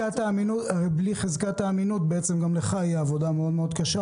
בלי חזקת האמינות גם לך תהיה עבודה מאוד קשה,